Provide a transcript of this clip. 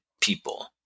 people